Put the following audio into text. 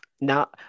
Now